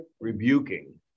Rebuking